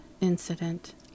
incident